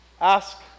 ask